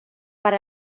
per